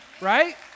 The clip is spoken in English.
Right